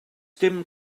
dim